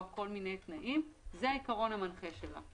כל מיני תנאים זה העיקרון המנחה שלה.